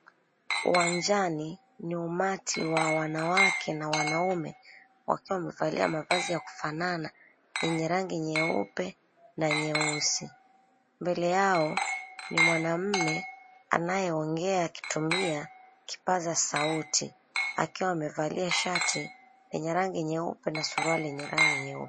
Uwanjani ni umati wa wanawake na wanaume, wakiwa wamevalia mavazi ya kufanana yenye rangi nyeupe na nyeusi. Mbele yao ni mwanamume anayeongea akitumia kipaza sauti, akiwa amevalia shati lenye rangi nyeupe na suruali yenye rangi nyeupe.